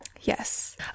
Yes